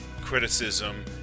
criticism